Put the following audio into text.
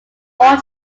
all